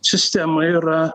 sistema yra